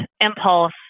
impulse